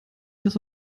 das